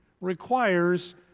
requires